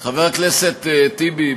חבר הכנסת טיבי,